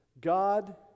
God